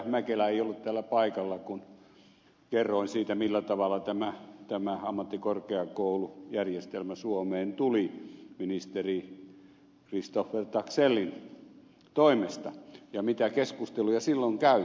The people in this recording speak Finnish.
mäkelä ei ollut täällä paikalla kun kerroin siitä millä tavalla tämä ammattikorkeakoulujärjestelmä suomeen tuli ministeri christoffer taxellin toimesta ja minkälaisia keskusteluja silloin käytiin